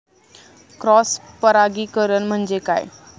Cross परागीकरण म्हणजे काय?